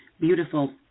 Beautiful